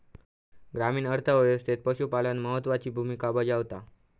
ग्रामीण अर्थ व्यवस्थेत पशुपालन महत्त्वाची भूमिका बजावता